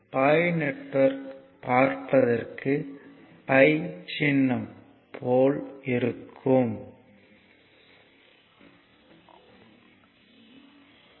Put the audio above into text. π network பார்ப்பதற்கு π சின்னம் போல் இருக்கிறது